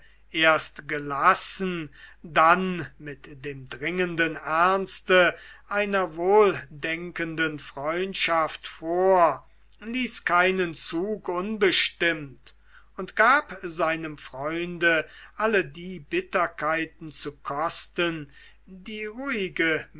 erst gelassen dann mit dem dringenden ernste einer wohldenkenden freundschaft vor ließ keinen zug unbestimmt und gab seinem freunde alle die bitterkeiten zu kosten die ruhige